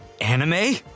Anime